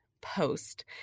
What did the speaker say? post